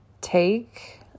take